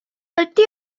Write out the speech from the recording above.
ydy